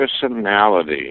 personality